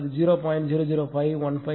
00515 0